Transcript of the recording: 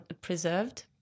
preserved